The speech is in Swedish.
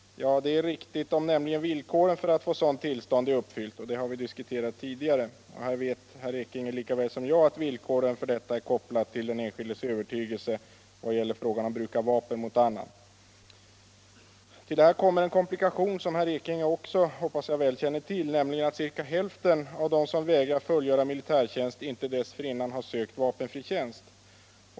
Ja, det är riktigt, nämligen om villkoren för att få sådant tillstånd är uppfyllda. Detta har vi diskuterat tidigare, och här vet herr Ekinge lika väl som jag att villkoren för detta är kopplade till den enskildes övertygelse i vad gäller frågan om bruk av vapen mot annan. Till detta kommer en komplikation, som jag hoppas att herr Ekinge också väl känner till, nämligen att cirka hälften av dem som vägrar fullgöra militärtjänst inte dessförinnan sökt vapenfri tjänst.